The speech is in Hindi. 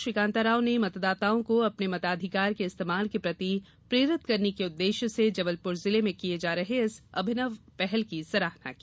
श्री कांताराव ने मतदाताओं को अपने मताधिकार के इस्तेमाल के प्रति प्रेरित करने के उद्देश्य से जबलपुर जिले में किये जा रहे इस अभिनव पहल की सराहना की